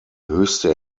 höchste